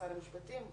משרד המשפטים,